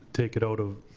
take it out of,